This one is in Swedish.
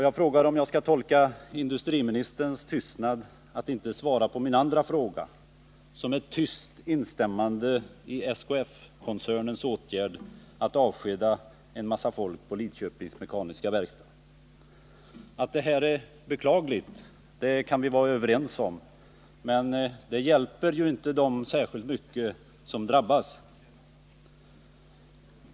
Jag undrar om jag skall tolka industriministerns tystnad när det gäller min andra fråga, som han alltså inte har svarat på, som ett tyst instämmande i SKF-koncernens åtgärd att avskeda en massa folk på Lidköpings Mekaniska Verkstad. Att avskedandena är beklagliga kan vi vara överens om, men det hjälper inte särskilt mycket dem som drabbas.